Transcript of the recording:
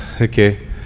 Okay